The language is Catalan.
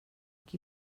qui